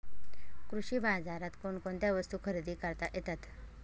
कृषी बाजारात कोणकोणत्या वस्तू खरेदी करता येतात